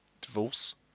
Divorce